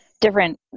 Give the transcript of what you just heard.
different